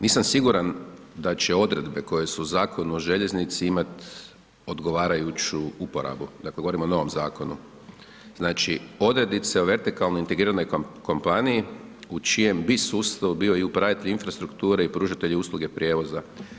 Nisam siguran da će odredbe koje su u Zakonu o željeznici imat odgovarajuću uporabu, dakle, govorimo o novom zakonu, znači, odrednice u vertikalno integriranoj kompaniji u čijem bi sustavu bio i upravitelj infrastrukture i pružatelj usluge prijevoza.